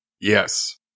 Yes